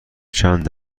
چند